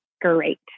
great